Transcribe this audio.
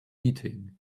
eating